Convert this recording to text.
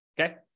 Okay